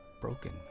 broken